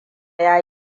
ya